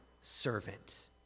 servant